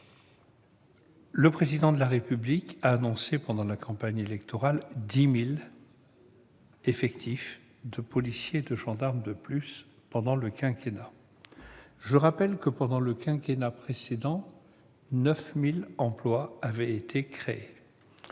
Le Président de la République a annoncé pendant la campagne électorale 10 000 effectifs de policiers et de gendarmes de plus pendant le quinquennat. Je le rappelle, pendant le quinquennat précédent, 9 000 emplois avaient été créés.